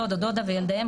דוד או דודה וילדיהם,